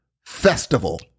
festival